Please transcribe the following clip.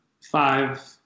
five